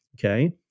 Okay